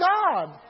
God